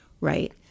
Right